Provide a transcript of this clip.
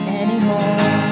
anymore